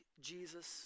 Jesus